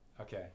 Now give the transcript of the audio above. Okay